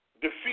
defeat